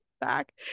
back